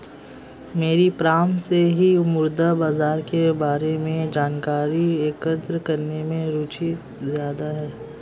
मेरी प्रारम्भ से ही मुद्रा बाजार के बारे में जानकारी एकत्र करने में रुचि ज्यादा है